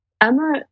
Emma